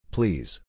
Please